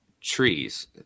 trees